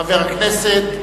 חבר הכנסת,